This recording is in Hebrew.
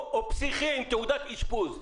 או פסיכי עם תעודת אשפוז.